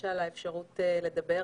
על האפשרות לדבר.